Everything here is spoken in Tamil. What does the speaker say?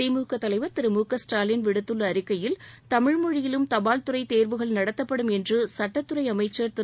திமுக தலைவர் திரு மு க ஸ்டாலின் விடுத்துள்ள அறிக்கையில் தமிழ்மொழியிலும் தபால் துறை தேர்வுகள் நடத்தப்படும் என்று சட்டத்துறை அமைச்சர் திரு